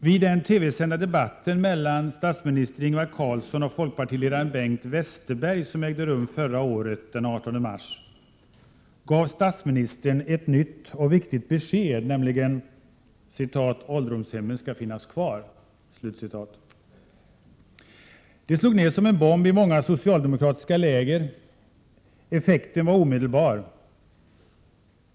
Vid den TV-sända debatten mellan statsminister Ingvar Carlsson och folkpartiledaren Bengt Westerberg som ägde rum förra året, den 18 mars, gav statsministern ett nytt och viktigt besked, nämligen att ”ålderdomshemmen skall finnas kvar”. Det slog ned som en bomb i många socialdemokratiska läger. Effekten var omedelbar.